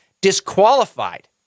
disqualified